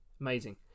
amazing